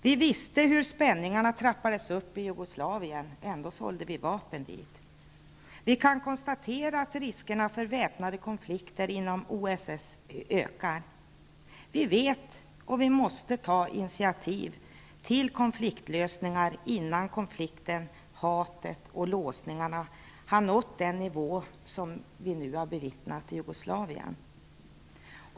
Vi visste hur spänningarna trappades upp i Jugoslavien -- ändå sålde vi vapen dit -- och vi kan konstatera att riskerna för väpnade konflikter inom OSS ökar. Vi vet detta och vi måste ta initiativ till konfliktlösningar innan konflikten, hatet och låsningarna har nått den nivå som vi nu har bevittnat i Jugoslavien.